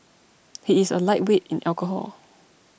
he is a lightweight in alcohol